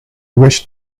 wished